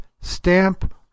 stamp